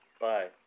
bye